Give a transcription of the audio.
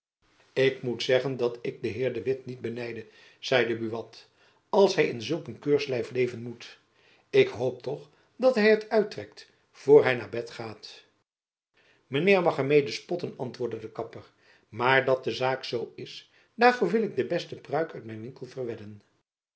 ik moet zeggen dat ik den heer de witt niet benijde zeide buat als hy in zulk een keurslijf leven moet ik hoop toch dat hy het uittrekt voor hy naar bed gaat mijn heer mag er mede spotten antwoordde de kapper maar dat de zaak zoo is daarvoor wil ik de beste pruik uit mijn winkel verwedden